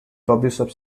published